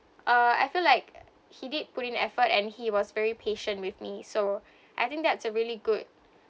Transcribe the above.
uh I feel like he did put in effort and he was very patient with me so I think that's a really good